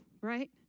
Right